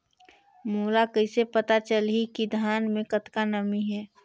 मोला कइसे पता चलही की धान मे कतका नमी हे?